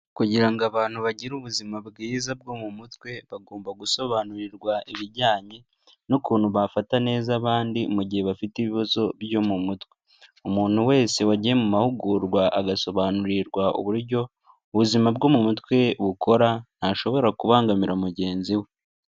Kugira ngo abantu bagire ubuzima bwiza bwo mu mutwe, bagomba gusobanurirwa ibijyanye n'ukuntu bafata neza abandi mu gihe bafite ibibazo byo mu mutwe. Umuntu wese wagiye mu mahugurwa agasobanurirwa uburyo ubuzima bwo mu mutwe bukora, ntashobora kubangamira mugenzi we.